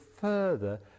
further